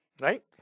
right